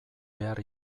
behar